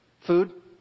Food